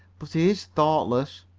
but he is thoughtless.